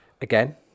Again